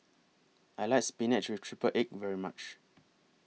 I like Spinach with Triple Egg very much